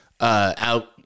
Out